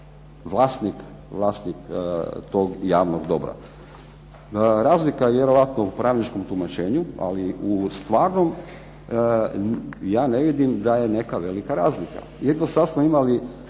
vlasnik tog javnog dobra. Razlika je vjerojatno u pravničkom tumačenju, ali u stvarnom ja ne vidim da je neka velika razlika.